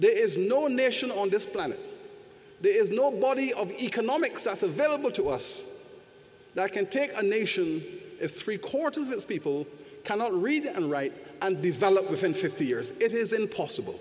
there is no nation on this planet there is no body of economics as a variable to us that can take a nation of three quarters of its people cannot read and write and develop within fifty years it is impossible